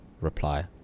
Reply